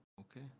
Okay